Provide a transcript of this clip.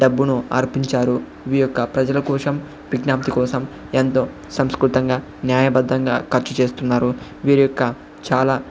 డబ్బును ఆర్పించారు ఈ యొక్క ప్రజలకోసం విజ్ఞప్తి కోసం ఎంతో సంస్కృతంగా న్యాయబద్ధంగా ఖర్చు చేస్తున్నారు వీరి యొక్క చాలా